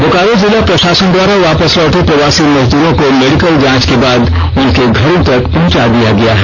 बोकारो जिला प्रषासन द्वारा वापस लौटे प्रवासी मजदूरों को मेडिकल जांच के बाद उनके घरों तक पहुंचा दिया गया है